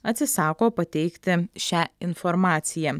atsisako pateikti šią informaciją